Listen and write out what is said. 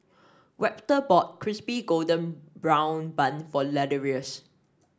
Webster bought Crispy Golden Brown Bun for Ladarius